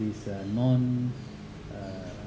is a non~ uh